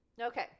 okay